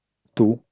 to